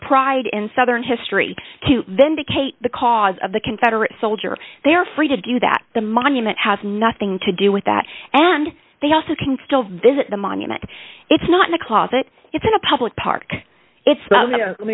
pride in southern history to vindicate the cause of the confederate soldier they are free to do that the monument has nothing to do with that and they also can still visit the monument it's not in the closet it's a public park it's